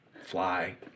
fly